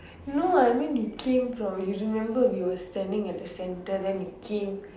no I mean you came you from you should remember we were standing in the centre then you came